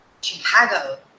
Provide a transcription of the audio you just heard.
Chicago